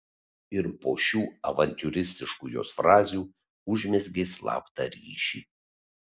ir po šių avantiūristiškų jos frazių užmezgė slaptą ryšį